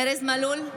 ארז מלול,